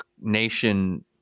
nation